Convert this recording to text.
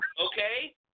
okay